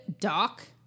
Doc